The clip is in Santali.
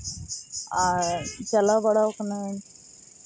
ᱟᱨ ᱪᱟᱞᱟᱣ ᱵᱟᱲᱟᱣ ᱠᱟᱹᱱᱟᱹᱧ